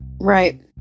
Right